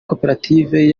koperative